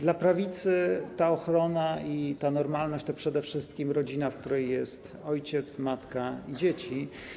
Dla prawicy ta ochrona i ta normalność to przede wszystkim rodzina, w której są ojciec, matka i dzieci.